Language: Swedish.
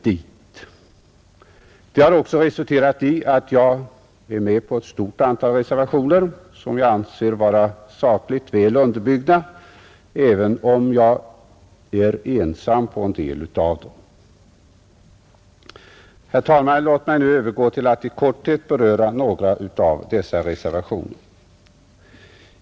Detta har också resulterat i att jag undertecknat ett stort antal reservationer, som jag anser vara sakligt väl underbyggda, även om jag är ensam om en del av dem, Herr talman! Låt mig nu övergå till att i korthet beröra några av dessa reservationer.